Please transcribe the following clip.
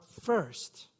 first